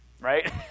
right